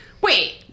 Wait